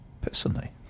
personally